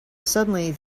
suddenly